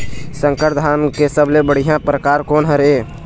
संकर धान के सबले बढ़िया परकार कोन हर ये?